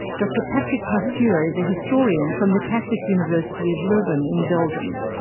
dr patrick pasture is a historian from the catholic university of leuven in belgium.